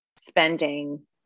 spending